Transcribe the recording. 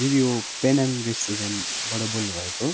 जेरी ओ पेनाङ रेस्टुरेन्टबाट बोल्नु भएको हो